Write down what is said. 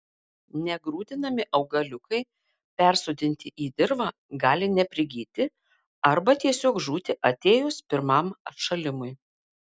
negrūdinami augaliukai persodinti į dirvą gali neprigyti arba tiesiog žūti atėjus pirmam atšalimui